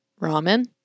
Ramen